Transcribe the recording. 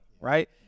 right